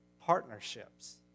partnerships